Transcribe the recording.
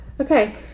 Okay